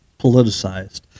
politicized